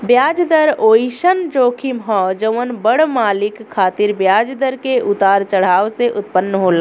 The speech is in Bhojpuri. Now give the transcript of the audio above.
ब्याज दर ओइसन जोखिम ह जवन बड़ मालिक खातिर ब्याज दर के उतार चढ़ाव से उत्पन्न होला